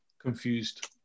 Confused